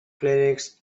clinics